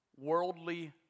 worldly